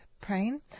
praying